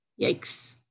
yikes